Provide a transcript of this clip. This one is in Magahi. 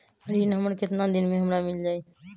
ऋण हमर केतना दिन मे हमरा मील जाई?